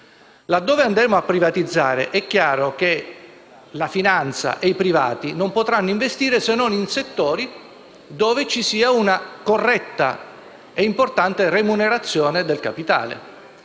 Laddove andremo a privatizzare, è chiaro che la finanza e i privati non potranno investire se non in settori dove ci sia una corretta e importante remunerazione del capitale.